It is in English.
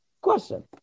question